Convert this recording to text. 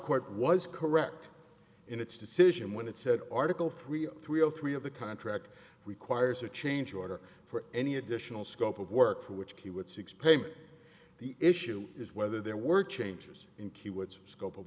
court was correct in its decision when it said article three of three all three of the contract requires a change order for any additional scope of work for which at six payment the issue is whether there were changes in key words scope of